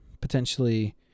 potentially